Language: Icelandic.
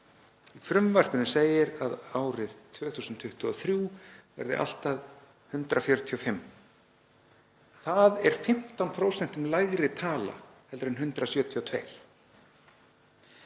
frumvarpinu segir að árið 2023 verði þeir allt að 145. Það er 15% lægri tala en 172.